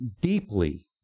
deeply